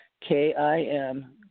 K-I-M